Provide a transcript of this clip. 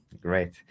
Great